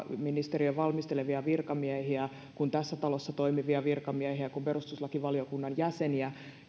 valmistelevia virkamiehiä kuin tässä talossa toimivia virkamiehiä kuin perustuslakivaliokunnan jäseniä